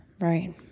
Right